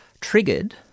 triggered